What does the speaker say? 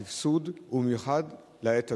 1. מדוע הופסק הסבסוד ובמיוחד לעת הזו?